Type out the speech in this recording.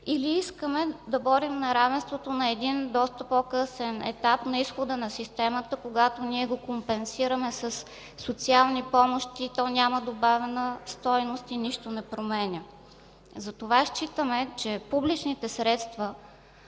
Или искаме да борим неравенството на един доста по-късен етап – на изхода на системата, когато ние го компенсираме със социални помощи и то няма добавена стойност и нищо не променя? Затова считаме, че публичните средства,